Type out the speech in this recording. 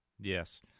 Yes